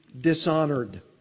dishonored